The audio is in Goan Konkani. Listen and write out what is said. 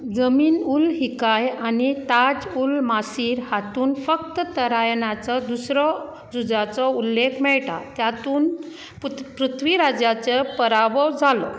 जमीन उल हिकाय आनी ताज उल मासिर हातून फक्त तरायनाचो दुसरो झुजाचो उल्लेख मेळटा त्यातूंत पुथ पृथ्वीराजाचे पराभव जालो